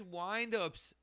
wind-ups